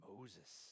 Moses